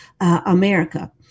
America